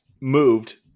moved